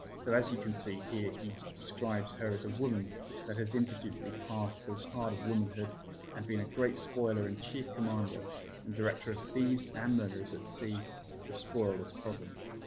so, as you can see here, he describes her as, a woman that has impudently passed the part of womanhood and been a great spoiler, and chief commander and director of thieves and murderers at sea to spoil this province.